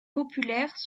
populaires